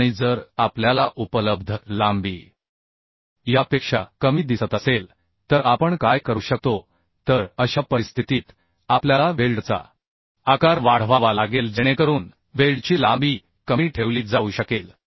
आणि जर आपल्याला उपलब्ध लांबी यापेक्षा कमी दिसत असेल तर आपण काय करू शकतो तर अशा परिस्थितीत आपल्याला वेल्डचा आकार वाढवावा लागेल जेणेकरून वेल्डची लांबी कमी ठेवली जाऊ शकेल